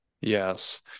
Yes